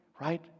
right